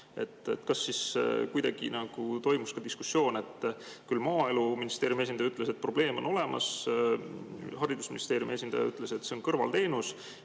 selle üle kuidagi nagu toimus ka diskussioon? Maaeluministeeriumi esindaja ütles, et probleem on olemas, haridusministeeriumi esindaja ütles, et see on kõrvalteenus.